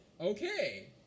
Okay